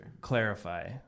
clarify